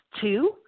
two